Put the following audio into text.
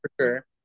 sure